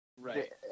Right